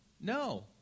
No